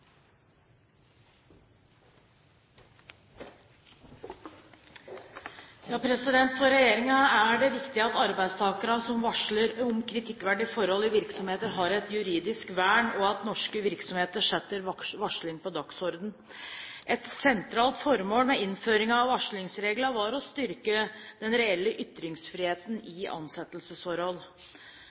det viktig at arbeidstakere som varsler om kritikkverdige forhold i virksomheter, har et juridisk vern, og at norske virksomheter setter varsling på dagsordenen. Et sentralt formål med innføringen av varslingsreglene var å styrke den reelle ytringsfriheten i ansettelsesforhold.